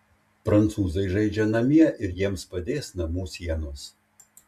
prancūzai žaidžia namie ir jiems padės namų sienos